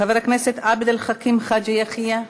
חבר הכנסת עבד אל חכים חאג' יחיא,